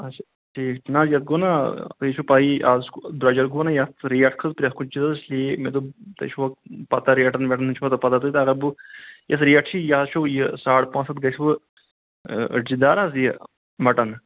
اچھا ٹھیٖک نہ یتھ گوٚو نا تۄہہِ چھو پَیی از درٛۄجر گوٚو نا یتھ ریٹ کٔھژ پرٮ۪تھ کُنہِ چیٖزَس یی مےٚ دوٚپ تۄہہِ چھوا پتہ ریٹن ویٹن ہٕنز چھوا تۄہہِ پتہ تۄہہِ دَپہٕ بہٕ یتھ ریٹ چھِ یہِ چھو یہِ ساڑ پانٛژھ ہتھ گَژھوٕ أڑجہِ دار حظ یہِ مَٹن